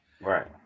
right